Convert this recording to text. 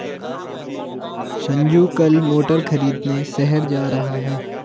संजू कल मोटर खरीदने शहर जा रहा है